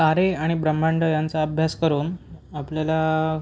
तारे आणि ब्रह्माण्ड यांचा अभ्यास करून आपल्याला